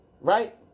Right